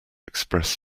express